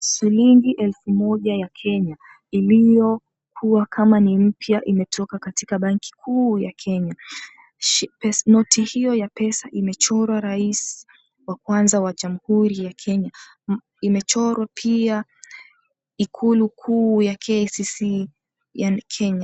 Shilingi elfu moja ya Kenya iliyokuwa kama ni mpya imetoka katika banki kuu ya Kenya. Noti hiyo ya pesa imechorwa rais wa kwanza wa jamhuri ya Kenya imechorwa pia ikulu kuu ya KICC, yaani Kenya.